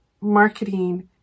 marketing